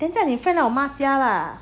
叫你 friend 来我妈家啦